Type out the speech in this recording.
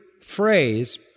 phrase